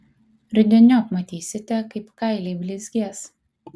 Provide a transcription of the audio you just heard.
rudeniop matysite kaip kailiai blizgės